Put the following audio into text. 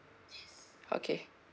okay